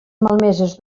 malmeses